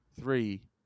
three